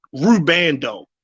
Rubando